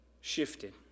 shifted